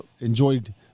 enjoyed